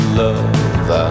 love